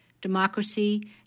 democracy